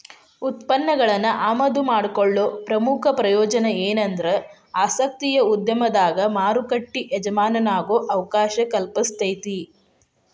ಉತ್ಪನ್ನಗಳನ್ನ ಆಮದು ಮಾಡಿಕೊಳ್ಳೊ ಪ್ರಮುಖ ಪ್ರಯೋಜನ ಎನಂದ್ರ ಆಸಕ್ತಿಯ ಉದ್ಯಮದಾಗ ಮಾರುಕಟ್ಟಿ ಎಜಮಾನಾಗೊ ಅವಕಾಶ ಕಲ್ಪಿಸ್ತೆತಿ